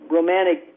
romantic